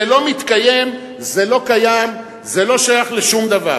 זה לא מתקיים, זה לא קיים, זה לא שייך לשום דבר.